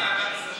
חברים.